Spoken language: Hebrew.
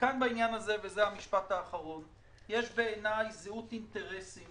בעניין הזה, יש בעיני זהות אינטרסים